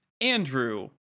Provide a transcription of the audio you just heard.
Andrew